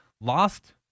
lost